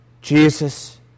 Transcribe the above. Jesus